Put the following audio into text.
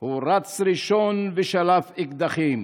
הוא רץ ראשון ושלף אקדחים,